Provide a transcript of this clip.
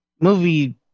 movie